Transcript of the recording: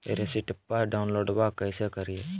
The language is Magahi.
रेसिप्टबा डाउनलोडबा कैसे करिए?